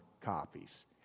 copies